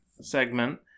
segment